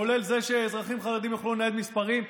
כולל זה שאזרחים חרדים יוכלו לנייד מספרים,